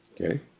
Okay